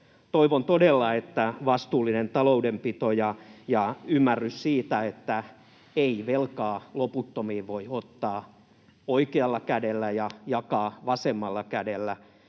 sekin. Todella toivon vastuullista taloudenpitoa ja ymmärrystä siitä, että ei velkaa loputtomiin voi ottaa oikealla kädellä ja jakaa vasemmalla kädellä.